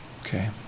Okay